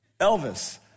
Elvis